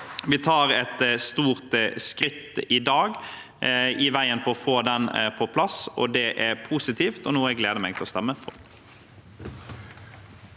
i dag et stort skritt på veien til å få den på plass. Det er positivt, og jeg gleder meg til å stemme for